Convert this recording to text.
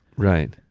right.